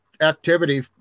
activity